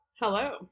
Hello